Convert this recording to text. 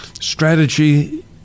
strategy